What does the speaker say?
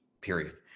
period